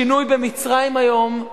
השינוי במצרים היום,